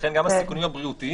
ולכן גם הסיכונים הבריאותיים,